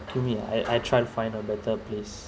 to me ah I I try to find a better place